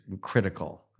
critical